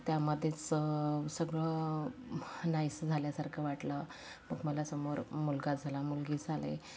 मग त्यामध्येच सगळं नाहीसं झाल्यासारखं वाटलं मग मला समोर मुलगा झाला मुलगी झाली